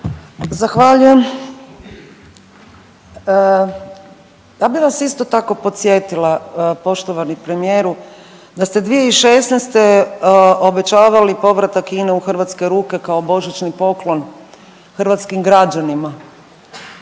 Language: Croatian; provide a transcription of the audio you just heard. Zahvaljujem. Ja bih vas isto tako podsjetila poštovani premijeru da ste 2016. obećavali povratak Ine u hrvatske ruke kao božićni poklon hrvatskim građanima.